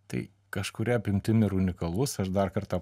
tai kažkuria apimtim ir unikalus aš dar kartą